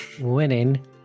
winning